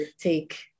take